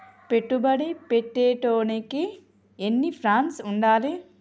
పెట్టుబడి పెట్టేటోనికి ఎన్ని ఫండ్స్ ఉండాలే?